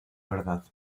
verdad